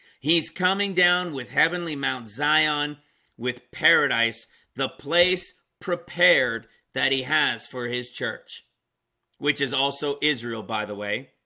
he's coming down with heavenly mount zion with paradise the place prepared that he has for his church which is also israel, by the way